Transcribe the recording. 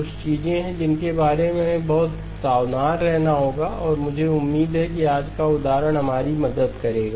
कुछ चीजें हैं जिनके बारे में हमें बहुत सावधान रहना होगा और मुझे उम्मीद है कि आज का उदाहरण हमारी मदद करेगा